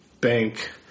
bank